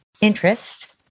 interest